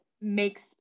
makes